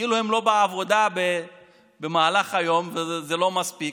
כאילו הם לא בעבודה במהלך היום, וזה לא מספיק.